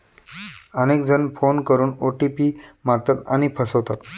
अनेक जण फोन करून ओ.टी.पी मागतात आणि फसवतात